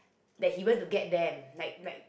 that he went to get them like like